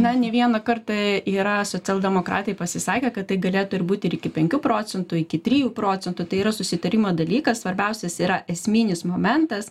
na ne vieną kartą yra socialdemokratai pasisakę kad tai galėtų ir būti ir iki penkių procentų iki trijų procentų tai yra susitarimo dalykas svarbiausias yra esminis momentas